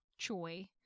choy